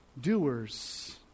doers